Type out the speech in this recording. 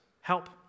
help